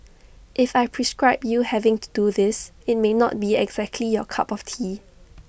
if I prescribe you having to do this IT may not be exactly your cup of tea